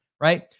Right